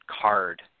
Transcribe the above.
card